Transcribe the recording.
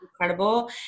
incredible